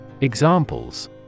Examples